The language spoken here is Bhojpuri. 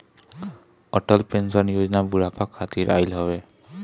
अटल पेंशन योजना बुढ़ापा खातिर आईल हवे